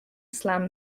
slam